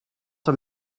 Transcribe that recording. hem